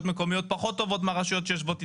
מקומיות פחות טובות מהרשויות שיושבות איתנו.